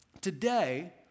Today